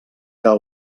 que